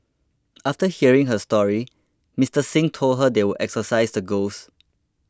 after hearing her story Mister Xing told her they would exorcise the ghosts